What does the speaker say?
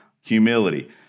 Humility